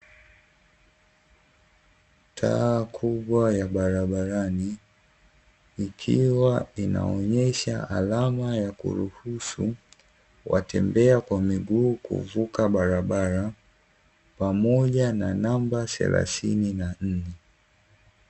Taa kubwa ya barabarani, ikiwa inaonyesha alama ya kuruhusu watembea kwa miguu kuvuka barabara, pamoja na namba thelathini na nne.